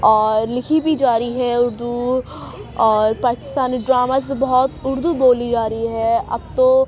اور لکھی بھی جارہی ہے اردو اور پاکستانی ڈراماز میں بہت اردو بولی جا رہی ہے اب تو